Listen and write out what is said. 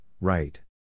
right